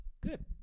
Good